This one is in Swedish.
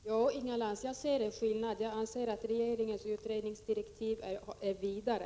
Herr talman! Jo, jag ser en skillnad. Jag anser att regeringens utredningsdirektiv är vidare.